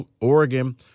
Oregon